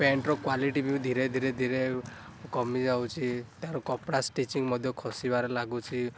painter quality ବି ଧିରେ ଧିରେ ଧିରେ କମିଯାଉଛି ତାର କପଡ଼ା ଷ୍ଟିଚିଂ ମଧ୍ୟ ଖସିବାରେ ଲାଗୁଛି